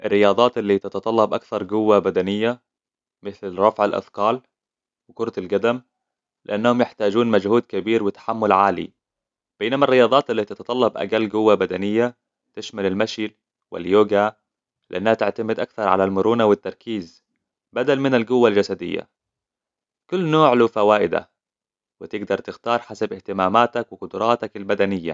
الرياضات التي تتطلب أكثر قوة بدنية مثل رفع الأثقال وكرة القدم لأنهم يحتاجون مجهود كبير وتحمل عالي بينما الرياضات التي تتطلب أقل قوة بدنية تشمل المشي واليوغا لأنها تعتمد أكثر على المرونة والتركيز بدل من القوة الجسدية كل نوع له فوائدة وتقدر تختار حسب اهتماماتك وقدراتك البدنية